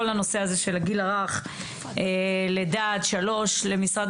הנושא הזה של הגיל הרך לידה עד שלוש למשרד